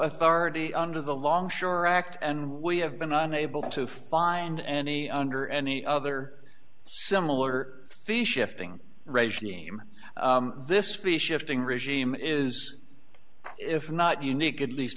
authority under the longshore act and we have been unable to find any under any other similar fish shifting regime this be shifting regime is if not unique at least